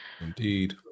Indeed